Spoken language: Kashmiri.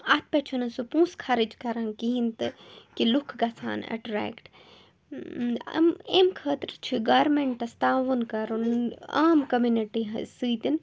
اَتھ پٮ۪ٹھ چھُنہٕ سُہ پوٗنٛسہٕ خرٕچ کَران کِہیٖنۍ تہٕ کہِ لوٗکھ گژھان ایٚٹرٛیکٹہٕ اَم امہِ خٲطرٕ چھِ گارمیٚنٹَس تعاوُن کَرُن عام کَمِنِٹی سۭتۍ